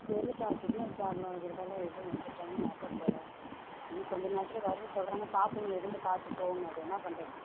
தெரிலக்கா signal problem இருக்கிறதால எதும் எந்த ட்ரெயினும் வரல போல் இன்னும் கொஞ்சம் நேரத்தில் வரும்னு சொல்கிறாங்க பார்ப்போமே இருந்து பார்த்துட்டு போவோம் அப்புறம் என்ன பண்ணுறது